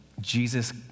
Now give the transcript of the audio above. Jesus